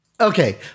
Okay